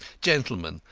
gentlemen,